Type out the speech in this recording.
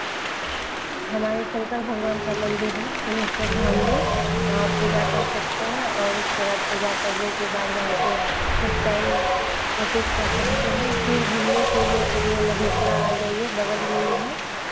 हमारे शंकर भगवान का मंदिर है सिंहेश्वर धाम में वहाँ पूजा कर सकते हैं और उसके बाद पूजा करने के बाद वहाँ पर कुछ टाइम व्यतीत कर सकते हैं फिर घूमने फिरने के लिए मधेपुरा आ जाइए बगल में ही है